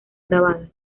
grabadas